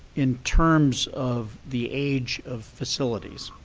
in terms of the age of facilities,